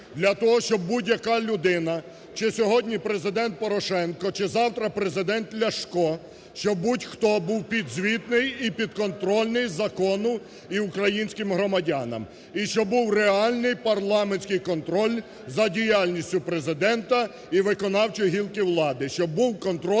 для того, щоб будь-яка людина, чи сьогодні Президент Порошенко чи завтра Президент Ляшко, щоб будь-хто був підзвітний і підконтрольний закону і українським громадянам, і щоб був реальний парламентський контроль за діяльністю Президента і виконавчої гілки влади,